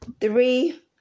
three